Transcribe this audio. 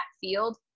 field